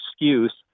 excuse